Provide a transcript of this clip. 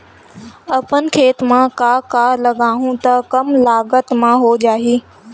अपन खेत म का का उगांहु त कम लागत म हो जाही?